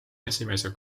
esimese